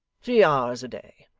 three hours a day.